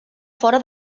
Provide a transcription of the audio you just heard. fora